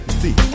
see